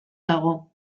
dago